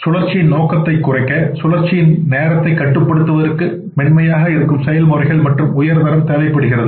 சுழற்சியின் நேரத்தைக் குறைக்க சுழற்சியின் நேரத்தைக் கட்டுப்படுத்துவதற்கு மென்மையான இயங்கும் செயல்முறைகள் மற்றும் உயர் தரம் தேவைப்படுகிறது